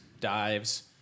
dives